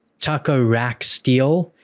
taco rack steel.